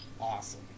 awesome